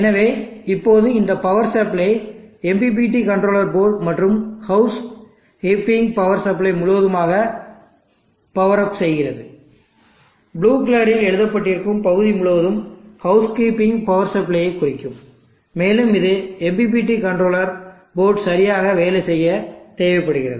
எனவே இப்போது இந்த power supply MPPT controller board மற்றும் ஹவுஸ் கீப்பிங் பவர் சப்ளை முழுவதுமாக பவர் அப் செய்கிறது ப்ளூ கலரில் எழுதப்பட்டிருக்கும் பகுதி முழுவதும் ஹவுஸ் கீப்பிங் பவர் சப்ளையை குறிக்கும் மேலும் இது MPPT கண்ட்ரோலர் போர்டு சரியாக வேலை செய்ய தேவைப்படுகிறது